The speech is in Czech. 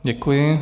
Děkuji.